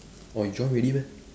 orh you join ready meh